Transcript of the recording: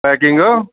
packing